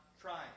trying